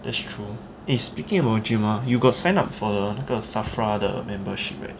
that's true eh speaking of gym ah you got sign up for the 那个 SAFRA 的 membership right